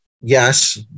yes